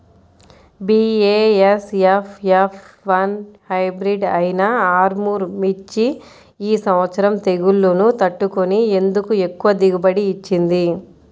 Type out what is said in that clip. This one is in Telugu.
బీ.ఏ.ఎస్.ఎఫ్ ఎఫ్ వన్ హైబ్రిడ్ అయినా ఆర్ముర్ మిర్చి ఈ సంవత్సరం తెగుళ్లును తట్టుకొని ఎందుకు ఎక్కువ దిగుబడి ఇచ్చింది?